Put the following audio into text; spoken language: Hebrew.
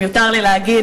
אם יותר לי להגיד,